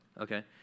Okay